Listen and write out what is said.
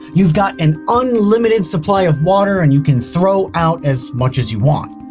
you've got an unlimited supply of water, and you can throw out as much as you want.